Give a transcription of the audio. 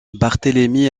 barthélemy